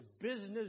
business